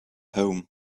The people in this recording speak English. home